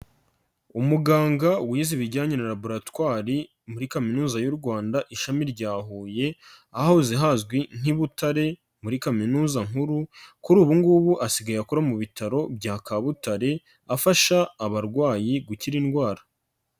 Umuganga wize ibijyanye nalaboratwari muri kaminuza y'u Rwanda ishami rya huye ahahoze hazwi nk'i butare muri kaminuza nkuru, kuri ubu ngubu asigaye akora mu bitaro bya kabutare afasha abarwayi gukira indwara.